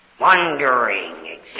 wondering